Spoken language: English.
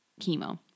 chemo